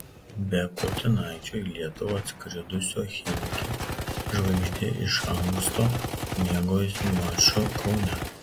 be kurtinaičio į lietuvą atskridusio chimki žvaigždė iš anksto mėgaujasi maču kaune